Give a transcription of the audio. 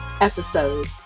episode